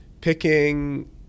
Picking